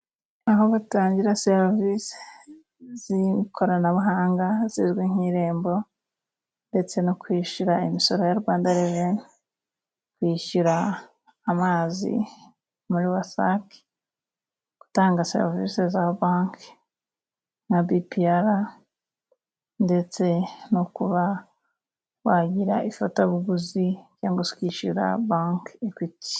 Aho batangira serivisi z'ikoranabuhanga zizwi nk'irembo, ndetse no kwishura imisoro ya rwandareveni. kwishyura amazi muri Wasaki, gutanga serivisi za banki nka Bipiyara ndetse no kuba wagira ifatabuguzi, cyangwa se kwishura banki Ekwiti.